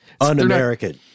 Un-American